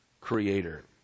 creator